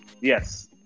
Yes